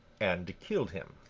and killed him.